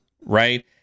right